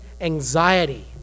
anxiety